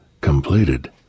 completed